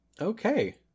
Okay